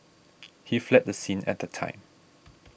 he fled the scene at that time